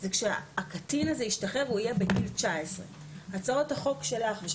היא כשהקטין הזה ישתחרר הוא יהיה בגיל 19. הצעות החוק שלך ושל